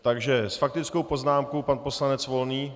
Takže s faktickou poznámkou pan poslanec Volný.